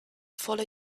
follow